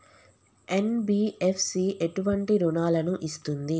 NBFC ఎటువంటి రుణాలను ఇస్తుంది?